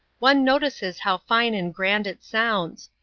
one notices how fine and grand it sounds.